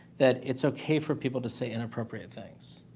that it's okay for people to say inappropriate things,